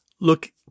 look